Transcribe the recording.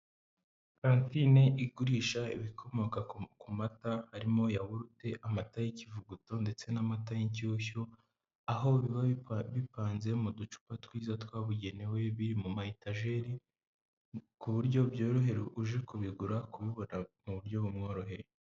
Kantine igurisha ibikomoka ku mata, harimo yahurute, amata y'ikivuguto ndetse n'amata y'inshyushyu, aho biba bipanze mu ducupa twiza twabugenewe, biri mu ma etajeri ku buryo byorohera uje kubigura kubibona mu buryo bumworoheye.